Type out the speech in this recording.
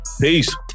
Peace